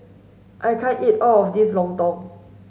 I can't eat all of this Lontong